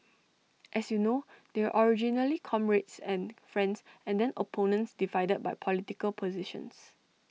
as you know they were originally comrades and friends and then opponents divided by political positions